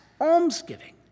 almsgiving